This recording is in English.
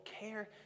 care